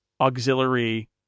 auxiliary